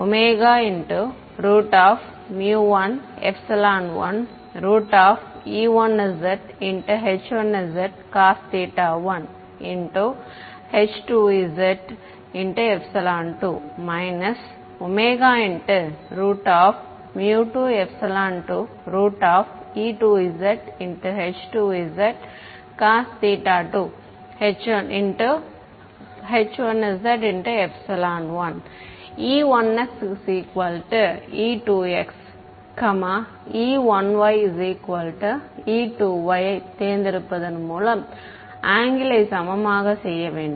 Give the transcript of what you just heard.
𝛚 11e1z h1zcos θ1 h2z2 𝛚 22e2z h2zcos θ2 h1z1 e1xe2x e1ye2y ஐத் தேர்ந்தெடுப்பதன் மூலம் ஆங்கிளை சமமாக செய்ய வேண்டும்